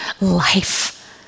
life